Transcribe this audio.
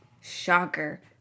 shocker